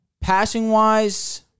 Passing-wise